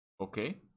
Okay